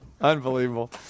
Unbelievable